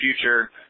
future